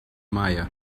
maya